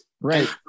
Right